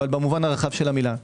אבל במובן הרחב של המילה,